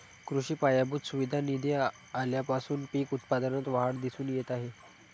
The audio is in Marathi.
कृषी पायाभूत सुविधा निधी आल्यापासून पीक उत्पादनात वाढ दिसून येत आहे